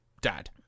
Dad